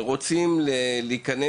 ורוצים להיכנס